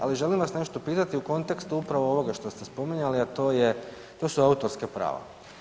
Ali želim vas nešto pitati u kontekstu upravo ovoga što ste spominjali a to su autorska prava.